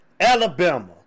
Alabama